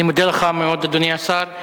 אני מודה לך מאוד, אדוני השר.